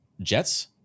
jets